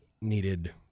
needed